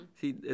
See